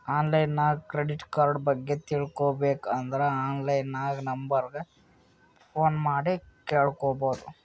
online ನಾಗ್ credit card ಬಗ್ಗೆ ತಿಳ್ಕೋಬೇಕ್ ಅಂದುರ್ ಆನ್ಲೈನ್ ನಾಗ್ ನಂಬರ್ ಗ ಫೋನ್ ಮಾಡಿ ಕೇಳ್ಬೋದು